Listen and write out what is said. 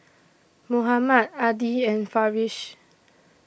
Muhammad Adi and Farish